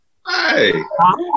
Hi